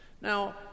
Now